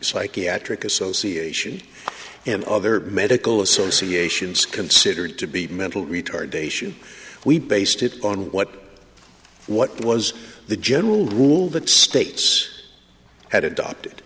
psychiatric association and other medical associations considered to be mental retardation we based it on what what was the general rule that states had adopted